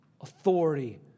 authority